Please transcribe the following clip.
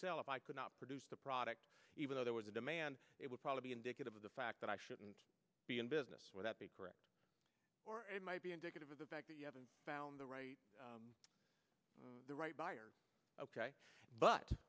sell if i could not produce the product even though there was a demand it would probably be indicative of the fact that i shouldn't be in business where that be correct or it might be indicative of the fact that you haven't found the right the right buyer